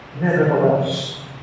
Nevertheless